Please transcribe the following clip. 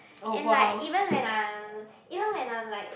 and like even when I'm even when I'm like